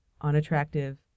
unattractive